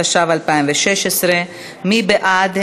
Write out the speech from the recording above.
התשע"ו 2016. מי בעד?